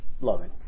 loving